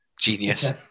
genius